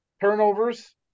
turnovers